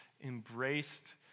embraced